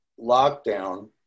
lockdown